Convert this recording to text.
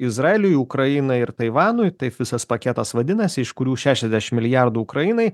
izraeliui ukrainai ir taivanui taip visas paketas vadinasi iš kurių šešiasdešimt milijardų ukrainai